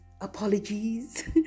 Apologies